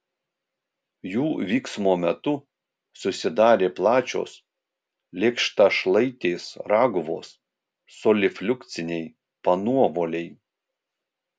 jų vyksmo metu susidarė plačios lėkštašlaitės raguvos solifliukciniai panuovoliai